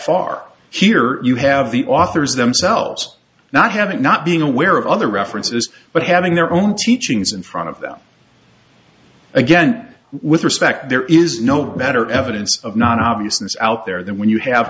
far here you have the authors themselves not having not being aware of other references but having their own teachings in front of them again with respect there is no better evidence of not obviousness out there than when you have